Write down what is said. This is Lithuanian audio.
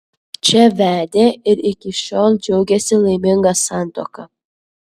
čia vedė ir iki šiol džiaugiasi laiminga santuoka